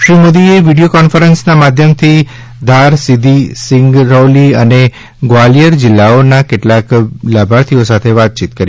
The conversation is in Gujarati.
શ્રી મોદીએ વિડિયો કોન્ફરન્સના માધ્યમથી ધાર સીધી સિંગરૌલી અને ગ્વાલિયર જિલ્લાઓના કેટલાક લાભાર્થીઓ સાથે વાતચીત કરી